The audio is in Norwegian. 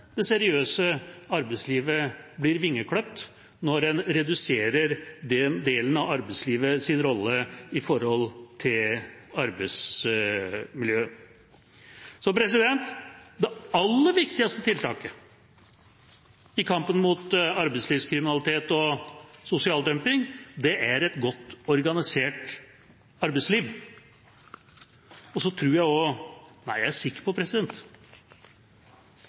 det seriøse arbeidslivet – blir vingeklippet når en reduserer rollen til den delen av arbeidslivet når det gjelder arbeidsmiljø. Det aller viktigste tiltaket i kampen mot arbeidslivskriminalitet og sosial dumping er et godt organisert arbeidsliv. Så tror jeg også – nei, jeg er sikker på